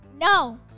No